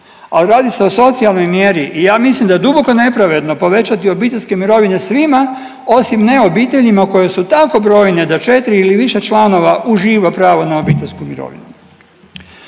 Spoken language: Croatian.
al radi se o socijalnoj mjeri i ja mislim da je duboko nepravedno povećati obiteljske mirovine svima osim ne obiteljima koje su tako brojne da 4 ili više članova uživa pravo na obiteljsku mirovinu.